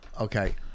Okay